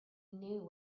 knew